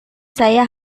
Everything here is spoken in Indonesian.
saya